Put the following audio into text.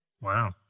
Wow